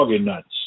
nuts